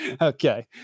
Okay